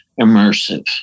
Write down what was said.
immersive